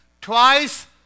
twice